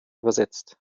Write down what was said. übersetzt